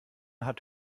hat